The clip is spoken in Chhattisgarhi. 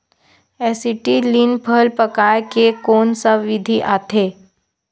एसीटिलीन फल पकाय के कोन सा विधि आवे?